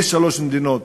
יש שלוש מדינות.